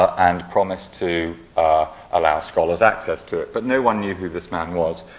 and promised to allow scholars access to it. but no one knew who this man was.